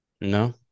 no